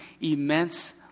immense